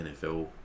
NFL